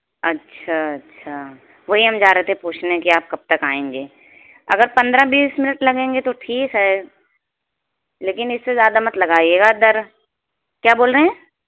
اچھا اچھا وہی ہم جا رہے تھے پوچھنے کہ آپ کب تک آئیں گے اگر پندرہ بیس منٹ لگیں گے تو ٹھیک ہے لیکن اس سے زیادہ مت لگائیے گا دیر کیا بول رہے ہیں